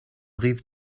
rive